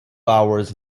hours